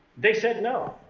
they said no.